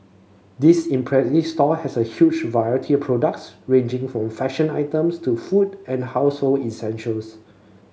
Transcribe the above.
this impressive store has a huge variety of products ranging from fashion items to food and household essentials